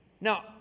Now